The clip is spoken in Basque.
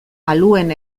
aluen